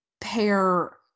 pair